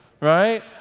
right